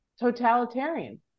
totalitarian